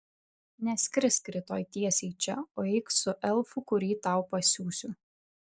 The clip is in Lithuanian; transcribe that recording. neskrisk rytoj tiesiai čia o eik su elfu kurį tau pasiųsiu